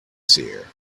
seer